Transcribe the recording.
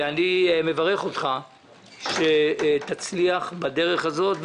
אני מברך אותך שתצליח בדרך הזאת.